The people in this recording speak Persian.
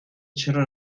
چرا